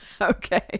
Okay